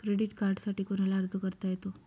Credit कार्डसाठी कोणाला अर्ज करता येतो?